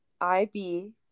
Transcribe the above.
ib